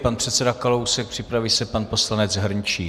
Pan předseda Kalousek, připraví se pan poslanec Hrnčíř.